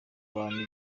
abantu